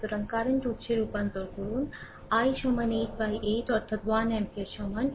সুতরাং কারেন্ট উত্সে রূপান্তর করুন সুতরাং i সমান 8 বাই 8 অর্থাৎ 1 অ্যাম্পিয়ার সমান